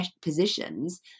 positions